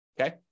okay